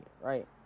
Right